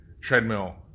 treadmill